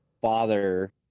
father